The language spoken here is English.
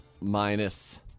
minus